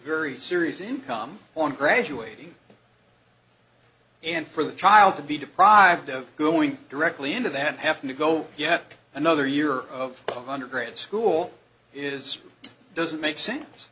very serious income on graduating and for the child to be deprived of going directly into that have to go yet another year of undergrad school is doesn't make sense